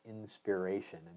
inspiration